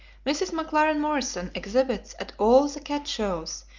mrs. mclaren morrison exhibits at all the cat shows,